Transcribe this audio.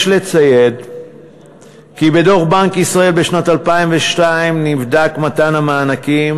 יש לציין כי בדוח בנק ישראל משנת 2002 נבדק מתן המענקים